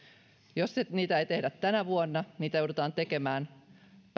jos niitä ei tehdä tänä vuonna niitä joudutaan tekemään